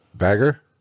Bagger